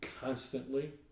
Constantly